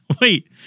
Wait